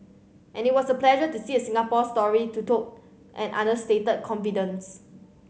and it was a pleasure to see a Singapore story to told an understated confidence